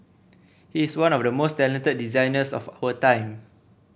he is one of the most talented designers of our time